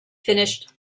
finished